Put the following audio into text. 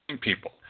people